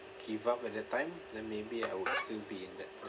give up at that time then maybe I would still be in that